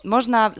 Można